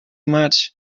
much